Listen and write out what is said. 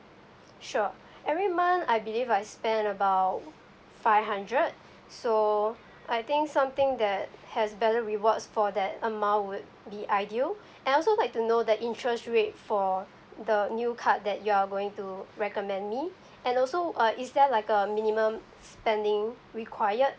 sure every month I believe I spend about five hundred so I think something that has better rewards for that amount would be ideal and I also like to know the interest rate for the new card that you are going to recommend me and also uh is there like a minimum spending required